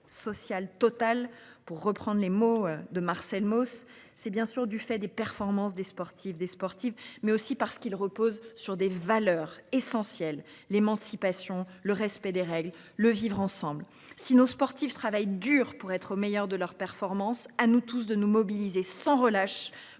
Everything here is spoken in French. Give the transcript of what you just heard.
social total pour reprendre les mots de Marcel Mauss, c'est bien sûr du fait des performances des sportives des sportifs mais aussi parce qu'il repose sur des valeurs essentielles, l'émancipation, le respect des règles. Le vivre ensemble. Si nos sportifs travaille dur pour être au meilleur de leur performance. À nous tous de nous mobiliser sans relâche